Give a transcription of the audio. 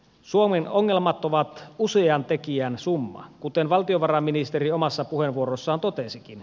suomen ongelmat ovat kuusi ja tekijän summa kuten valtiovarainministeri omassa puheenvuorossaan totesikin